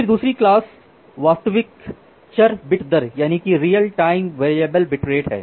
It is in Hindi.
फिर दूसरी क्लास वास्तविक चर बिट दर है